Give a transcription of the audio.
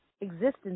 existence